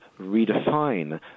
redefine